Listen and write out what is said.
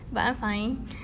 but I'm fine